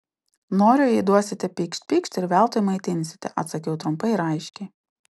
noriu jei duosite pykšt pykšt ir veltui maitinsite atsakiau trumpai ir aiškiai